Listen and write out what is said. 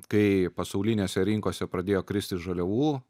kai pasaulinėse rinkose pradėjo kristi žaliavų